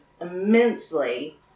immensely